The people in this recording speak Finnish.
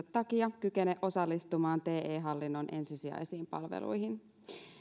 takia kykene osallistumaan te hallinnon ensisijaisiin palveluihin